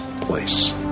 place